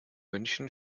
münchen